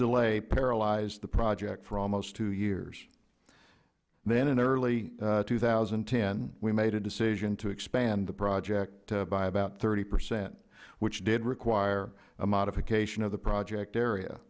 delay paralyzed the project for almost two years then in early two thousand and ten we made a decision to expand the project by about thirty percent which did require a modification of the project area